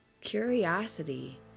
Curiosity